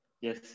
Yes